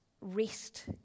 rest